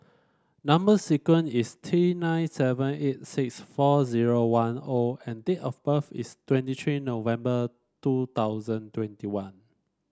number sequence is T nine seven eight six four zero one O and date of birth is twenty three November two thousand twenty one